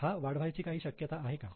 तर हा वाढवायची काही शक्यता आहे का